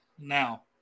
Now